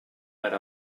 per